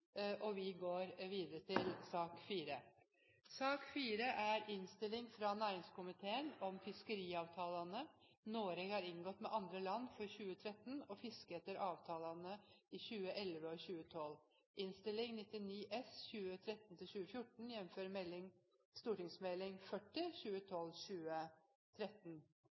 og om meldingen, som omhandler fiskeriavtalene Norge har inngått med andre land for 2013, og fisket etter avtalene i 2011 og 2012. Dette er gledelig. Det er en melding